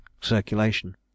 circulation